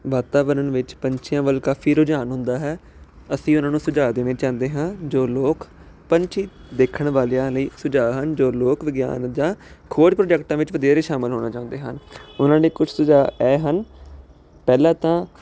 ਵਾਤਾਵਰਨ ਵਿੱਚ ਪੰਛੀਆਂ ਵੱਲ ਕਾਫੀ ਰੁਝਾਨ ਹੁੰਦਾ ਹੈ ਅਸੀਂ ਉਹਨਾਂ ਨੂੰ ਸੁਝਾਅ ਦੇਣੇ ਚਾਹੁੰਦੇ ਹਾਂ ਜੋ ਲੋਕ ਪੰਛੀ ਦੇਖਣ ਵਾਲਿਆਂ ਲਈ ਸੁਝਾਅ ਹਨ ਜੋ ਲੋਕ ਵਿਗਿਆਨ ਜਾਂ ਖੋਜ ਪ੍ਰੋਜੈਕਟਾਂ ਵਿੱਚ ਵਧੇਰੇ ਸ਼ਾਮਿਲ ਹੋਣਾ ਚਾਹੁੰਦੇ ਹਨ ਉਹਨਾਂ ਲਈ ਕੁਛ ਸੁਝਾਅ ਇਹ ਹਨ ਪਹਿਲਾ ਤਾਂ